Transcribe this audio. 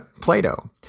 Plato